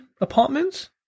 apartments